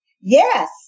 Yes